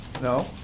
No